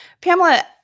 Pamela